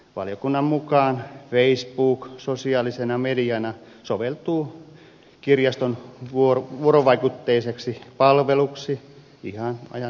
valiokunnan mukaan facebook sosiaalisena mediana soveltuu kirjaston vuorovaikutteiseksi palveluksi ihan ajan hengen mukaan